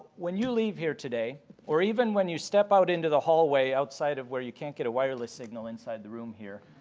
when you leave here today or even when you step out into the hallway outside of where you can't get a wireless signal inside the room here,